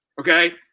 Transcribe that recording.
Okay